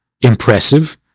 impressive